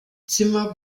zimmer